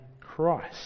Christ